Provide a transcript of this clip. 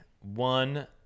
one